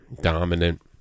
dominant